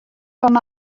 fan